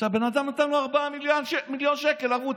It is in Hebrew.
שהאדם נתן לו 4 מיליון שקל ערבות.